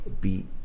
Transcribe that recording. beat